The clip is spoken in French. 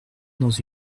dans